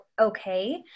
okay